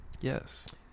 Yes